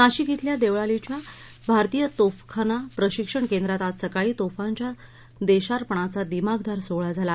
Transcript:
नाशिक धिल्या देवळालीच्या भारतीय तोफखाना प्रशिक्षण केंद्रांत आज सकाळी तोफांच्या देशार्पणाचा दिमाखदार सोहळा झाला